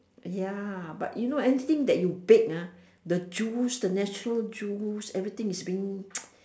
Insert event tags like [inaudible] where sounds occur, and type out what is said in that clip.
ya but you know any thing that you bake ah the juice the natural juice everything is being [noise]